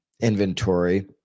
inventory